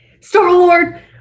Star-Lord